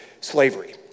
slavery